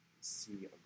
see